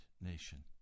nation